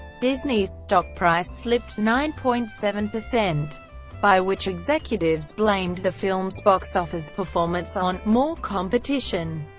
disney's stock price slipped nine point seven percent by which executives blamed the film's box office performance on more competition.